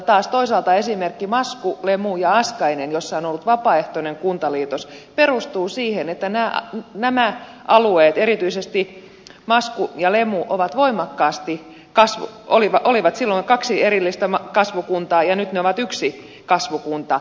taas toisaalta esimerkki masku lemu ja askainen joka on ollut vapaaehtoinen kuntaliitos perustuu siihen että nämä alueet erityisesti masku ja lemu olivat silloin kaksi erillistä kasvukuntaa ja nyt ne ovat yksi kasvukunta